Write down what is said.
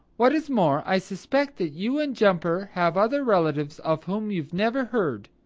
what is more, i suspect that you and jumper have other relatives of whom you've never heard.